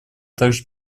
также